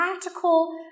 practical